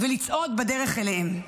ולצעוד בדרך אליהם.